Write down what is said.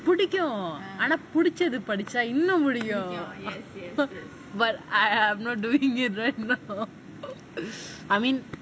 பிடிக்கும் ஆனா பிடிச்சது படிச்சா இன்னும் பிடிக்கும்:pidikum aanaa pidichathu padicha innum pidikum but I I not doing this இன்னும்:innum I mean